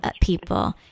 people